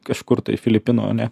kažkur tai filipinai ane